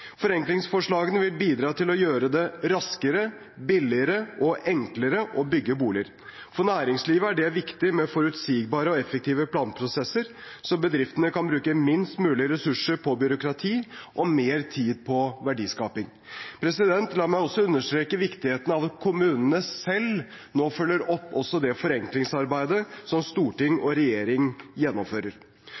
Forenklingsforslagene vil bidra til å gjøre det raskere, billigere og enklere å bygge boliger. For næringslivet er det viktig med forutsigbare og effektive planprosesser, så bedriftene kan bruke minst mulig ressurser på byråkrati og mer tid på verdiskaping. La meg også understreke viktigheten av at kommunene selv nå følger opp også det forenklingsarbeidet som storting og regjering gjennomfører.